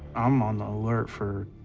i'm on the alert for,